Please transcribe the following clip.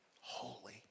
holy